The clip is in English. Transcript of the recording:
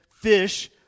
fish